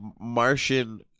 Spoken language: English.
Martian